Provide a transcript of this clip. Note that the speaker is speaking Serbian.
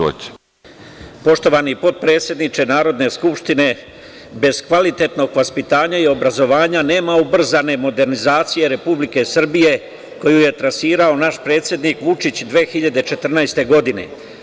Poštovani potpredsedniče Narodne skupštine, bez kvalitetnog vaspitanja i obrazovanja nema ubrzane modernizacije Republike Srbije, koju je trasirao naš predsednik Vučić 2014. godine.